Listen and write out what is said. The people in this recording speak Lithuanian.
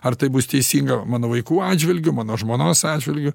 ar tai bus teisinga mano vaikų atžvilgiu mano žmonos atžvilgiu